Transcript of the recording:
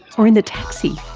or in the taxi?